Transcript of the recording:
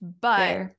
But-